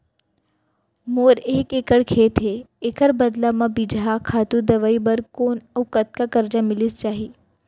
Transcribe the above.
मोर एक एक्कड़ खेत हे, एखर बदला म बीजहा, खातू, दवई बर कोन अऊ कतका करजा मिलिस जाही?